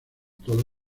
todo